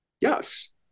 yes